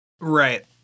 Right